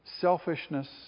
selfishness